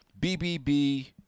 BBB